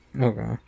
Okay